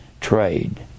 trade